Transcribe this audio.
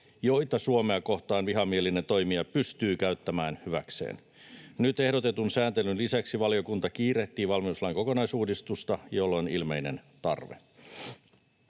joita Suomea kohtaan vihamielinen toimija pystyy käyttämään hyväkseen. Nyt ehdotetun sääntelyn lisäksi valiokunta kiirehtii valmiuslain kokonaisuudistusta, jolle on ilmeinen tarve.